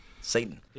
Satan